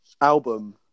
Album